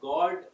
God